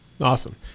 awesome